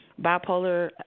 Bipolar